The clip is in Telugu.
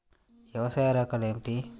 వ్యవసాయ రకాలు ఏమిటి?